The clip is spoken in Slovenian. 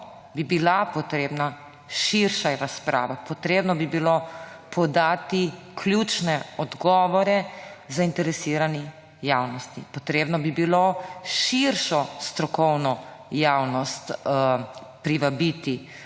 bi bila potrebna širša razprava, potrebno bi bilo podati ključne odgovore zainteresirani javnosti, potrebno bi bilo širšo strokovno javnost privabiti